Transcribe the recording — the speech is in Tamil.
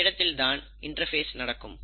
இந்த இடத்தில்தான் இன்டர்பேஸ் நடக்கும்